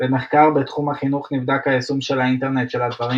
במחקר בתחום החינוך נבדק היישום של האינטרנט של הדברים